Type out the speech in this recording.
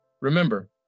Remember